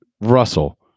Russell